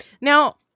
now